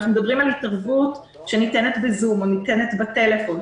אנחנו מדברים על התערבות שניתנת בזום או ניתנת בטלפון,